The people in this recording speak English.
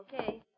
Okay